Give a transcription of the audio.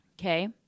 Okay